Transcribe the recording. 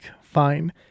fine